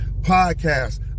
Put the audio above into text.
podcast